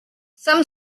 some